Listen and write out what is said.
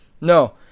No